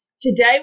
Today